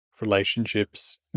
relationships